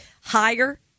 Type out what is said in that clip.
Higher